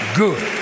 good